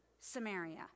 Samaria